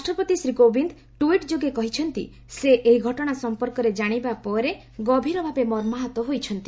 ରାଷ୍ଟ୍ରପତି ଶ୍ରୀ କୋବିନ୍ଦ୍ ଟ୍ୱିଟ୍ ଯୋଗେ କହିଛନ୍ତି ସେ ଏହି ଘଟଣା ସମ୍ପର୍କରେ ଜାଣିବା ପରେ ସେ ଗଭୀର ଭାବେ ମର୍ମାହତ ହୋଇଛନ୍ତି